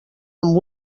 amb